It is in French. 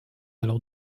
alors